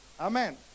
amen